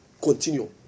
continue